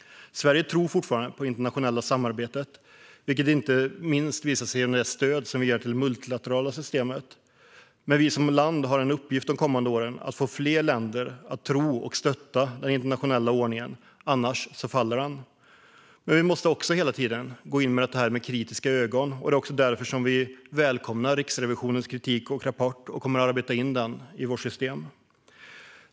Sverige tror fortfarande på det internationella samarbetet, vilket inte minst visar sig genom det stöd vi ger till det multilaterala systemet, men vi som land har en uppgift de kommande åren: att få fler länder att tro på och stötta den internationella ordningen. Annars faller den. Vi måste också hela tiden se på detta med kritiska ögon. Det är därför vi välkomnar Riksrevisionens kritik och rapport och kommer att arbeta in den i vårt system.